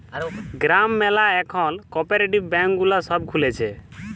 গ্রাম ম্যালা এখল cooperative bank গুলা সব খুলছে